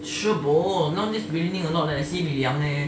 sure bo nowadays raining a lot eh sibeh 凉 eh